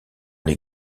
les